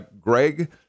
Greg